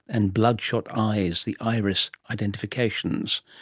and bloodshot eyes, the iris identifications.